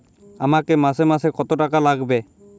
আমাকে মাসে মাসে কত টাকা লাগবে?